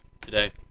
today